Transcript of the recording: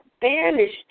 banished